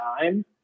time